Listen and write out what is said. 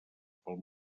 pel